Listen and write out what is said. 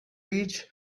reach